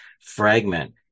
fragment